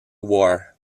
war